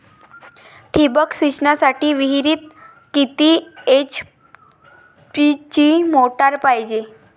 ठिबक सिंचनासाठी विहिरीत किती एच.पी ची मोटार पायजे?